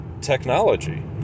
technology